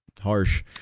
harsh